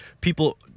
people